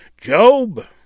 Job